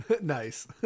Nice